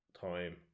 time